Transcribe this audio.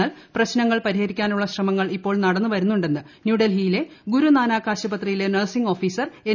എന്നാൽ പ്രശ്നങ്ങൾ പരിഹരിക്കാനുള്ള ശ്രമങ്ങൾ ഇപ്പോൾ നടന്നു വരുന്നുണ്ടെന്ന് ന്യൂഡൽഹിയിലെ ഗുരുനാനാക്ക് ആശുപത്രിയിലെ നഴ്സിംഗ് ഓഫീസർ എൻ